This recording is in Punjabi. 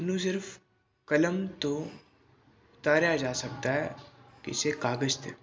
ਉਹਨੂੰ ਸਿਰਫ ਕਲਮ ਤੋਂ ਉਤਾਰਿਆ ਜਾ ਸਕਦਾ ਕਿਸੇ ਕਾਗਜ਼ 'ਤੇ